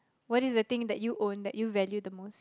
what is the thing that you own that you value the most